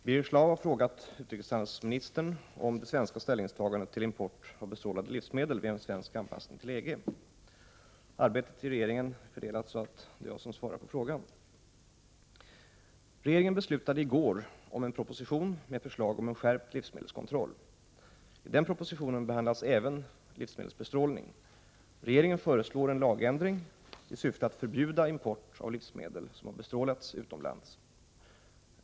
Herr talman! Birger Schlaug har frågat utrikeshandelsminister Anita Gradin om det svenska ställningstagandet till import av bestrålade livsmedel vid en svensk anpassning till EG. Arbetet inom regeringen är så fördelat att det är jag som skall svara på frågan. Regeringen beslutade i går om en proposition med förslag om en skärpt livsmedelskontroll. I propositionen behandlas även livsmedelsbestrålning. Regeringen föreslår en lagändring i syfte att förbjuda import av livsmedel som har bestrålats utomlands.